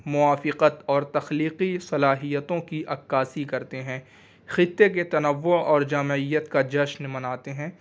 موافقت اور تخلیقی صلاحیتوں کی عکاسی کرتے ہیں خطے کے تنوع اور جامعیت کا جشن مناتے ہیں